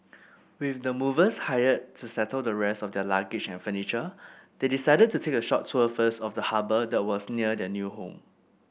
with the movers hired to settle the rest of their luggage and furniture they decided to take a short tour first of the harbour that was near their new home